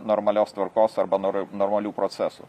normalios tvarkos arba noro normalių procesų